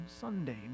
Sunday